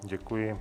Děkuji.